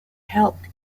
helped